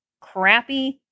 crappy